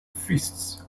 fists